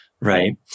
Right